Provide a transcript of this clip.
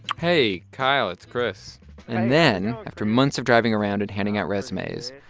hey. kyle. it's chris and then after months of driving around and handing out resumes,